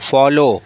follow